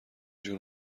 جور